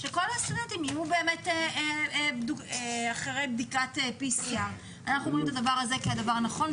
שכל הסטודנטים יהיו אחרי בדיקת PCR. אנחנו רואים בדבר הזה כדבר הנכון,